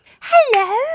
Hello